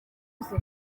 uze